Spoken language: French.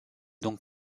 donc